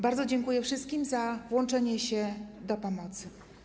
Bardzo dziękuję wszystkim za włączenie się w tę pomoc.